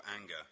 anger